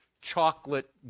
chocolate